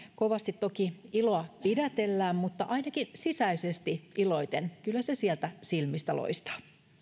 kovasti toki iloa pidätellään mutta ainakin sisäisesti iloitaan kyllä se sieltä silmistä loistaa